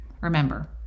Remember